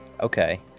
Okay